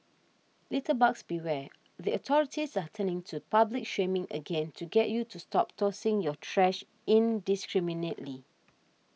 litterbugs beware the authorities are turning to public shaming again to get you to stop tossing your trash indiscriminately